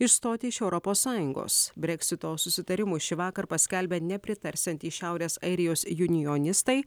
išstoti iš europos sąjungos breksito susitarimo šįvakar paskelbę nepritarsiantys šiaurės airijos junionistai